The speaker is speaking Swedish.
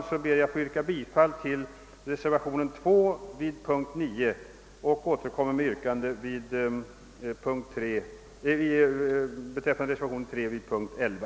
Jag ber att få yrka bifall till reservationen 2a vid punkten 9 och återkommer med yrkande beträffande reservationen 3 vid punkten 11.